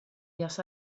rías